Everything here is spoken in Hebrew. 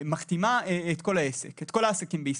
שמכתימה את כל העסקים בישראל.